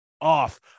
off